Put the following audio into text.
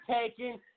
taking